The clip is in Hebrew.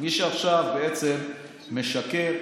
מי שעכשיו בעצם משקר,